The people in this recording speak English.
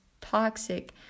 toxic